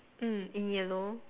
mm in yellow